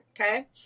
Okay